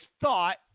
thought